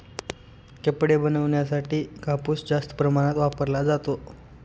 कपडे बनवण्यासाठी कापूस जास्त प्रमाणात वापरला जातो